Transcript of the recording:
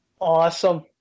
awesome